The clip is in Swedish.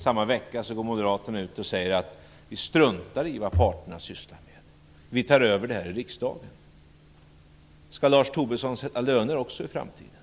Samma vecka går moderaterna ut och säger att de struntar i vad parterna sysslar med. De vill ta över detta i riksdagen. Skall Lars Tobisson också fastställa löner i framtiden?